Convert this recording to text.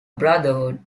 brotherhood